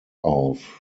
auf